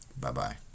Bye-bye